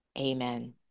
Amen